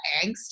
angst